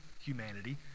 humanity